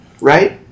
Right